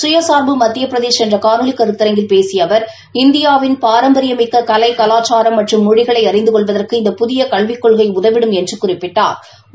சுயசா்பு மத்தியபிரதேஷ் என்ற காணொலி கருத்தரங்கில் பேசிய அவர் இந்தியாவின் பாரம்பரியமிக்க கலை கலாச்சாரம் மற்றும் மொழிகளை அறிந்து கொள்வதற்கு இந்த புதிய கல்விக் கொள்கை உதவிடும் என்று குறிப்பிட்டாள்